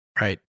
Right